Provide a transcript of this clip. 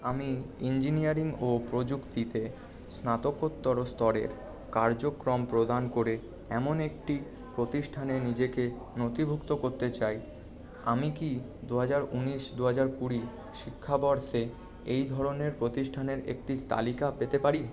আমি ইঞ্জিনিয়ারিং ও প্রযুক্তিতে স্নাতকোত্তর স্তরের কার্যক্রম প্রদান করে এমন একটি প্রতিষ্ঠানে নিজেকে নথিভুক্ত করতে চাই আমি কি দুহাজার ঊনিশ দুহাজার কুড়ি শিক্ষাবর্ষে এই ধরনের প্রতিষ্ঠানের একটি তালিকা পেতে পারি